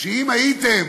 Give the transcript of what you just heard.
שאם הייתם